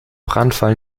brandfall